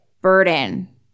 burden